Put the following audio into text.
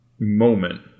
Moment